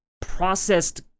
processed